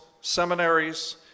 seminaries